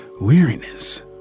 weariness